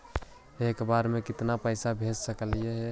एक बार मे केतना पैसा भेज सकली हे?